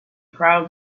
crowd